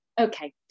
okay